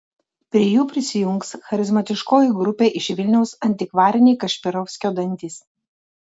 prie jų prisijungs charizmatiškoji grupė iš vilniaus antikvariniai kašpirovskio dantys